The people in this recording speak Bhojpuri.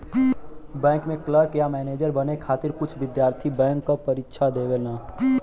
बैंक में क्लर्क या मैनेजर बने खातिर कुछ विद्यार्थी बैंक क परीक्षा देवलन